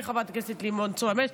הינה חברת הכנסת לימור סון הר מלך,